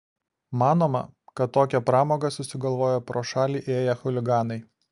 manoma kad tokią pramogą susigalvojo pro šalį ėję chuliganai